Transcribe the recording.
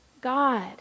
God